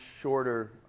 shorter